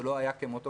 שלא היה כמותו,